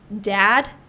dad